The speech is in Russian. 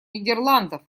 нидерландов